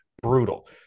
brutal